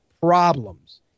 problems